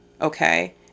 okay